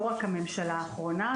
לא רק הממשלה האחרונה,